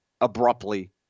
abruptly